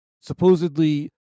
supposedly